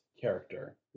character